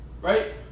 right